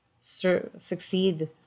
succeed